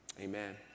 amen